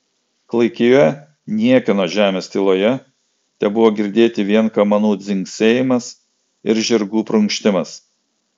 klaikioje niekieno žemės tyloje tebuvo girdėti vien kamanų dzingsėjimas ir žirgų prunkštimas